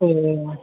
ஓ ஓ